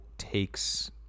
Takes